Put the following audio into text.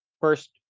first